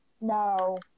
No